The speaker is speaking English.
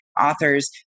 authors